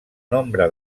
nombre